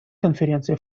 конференции